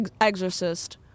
Exorcist